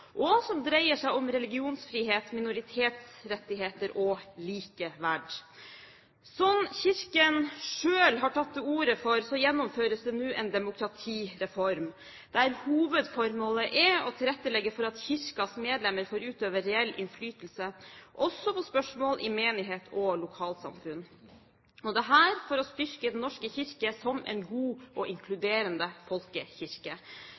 og som dreier seg om religionsfrihet, minoritetsrettigheter og likeverd. Slik Kirken selv har tatt til orde for, gjennomføres det nå en demokratireform, der hovedformålet er å tilrettelegge for at Kirkens medlemmer får utøve reell innflytelse også på spørsmål i menighet og lokalsamfunn – dette for å styrke Den norske kirke som en god og inkluderende folkekirke.